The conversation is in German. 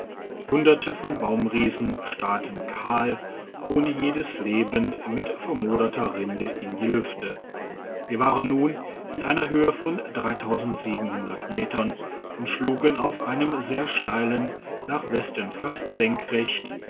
hunderte von baumriesen starrten kahl ohne jedes leben mit vermoderter rinde in die lüfte wir waren nun in einer höhe von metern und schlugen auf einem sehr steilen nach westen fast senkrecht